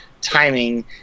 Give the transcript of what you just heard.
timing